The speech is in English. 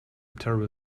terribly